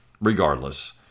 regardless